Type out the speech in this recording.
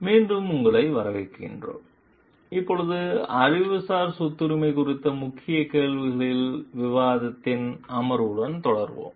மீண்டும் உங்களை வரவேற்கிறோம் இப்போது அறிவுசார் சொத்துரிமை குறித்த முக்கிய கேள்விகளின் விவாதத்தின் அமர்வுடன் தொடருவோம்